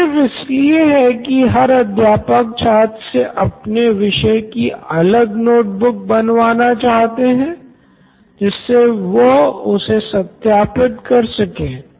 Nitin Kurian COO Knoin electronics तो अध्यापक छात्र को अपने विषय के दिये कार्य के नोट्स और असाइनमेंट का सत्यापन्न क्यो करना चाहता है